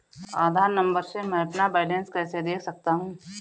आधार number से मैं अपना बैलेंस कैसे देख सकता हूँ?